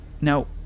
Now